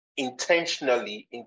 intentionally